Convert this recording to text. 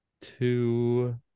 two